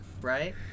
right